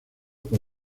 por